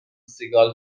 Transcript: سیگال